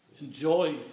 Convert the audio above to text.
enjoy